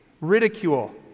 ridicule